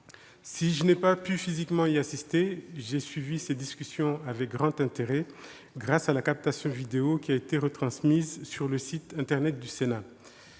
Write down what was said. Si je n'ai pu physiquement y assister, j'ai suivi ces discussions avec grand intérêt grâce à la captation vidéo qui a été retransmise sur le site internet du Sénat.